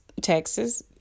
Texas